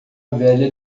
velha